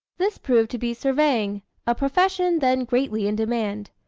this proved to be surveying a profession then greatly in demand.